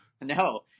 No